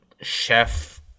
chef